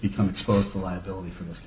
become exposed the liability for this